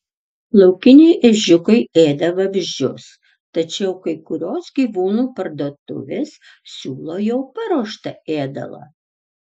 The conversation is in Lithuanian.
laukiniai ežiukai ėda vabzdžius tačiau kai kurios gyvūnų parduotuvės siūlo jau paruoštą ėdalą